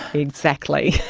exactly.